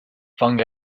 fungi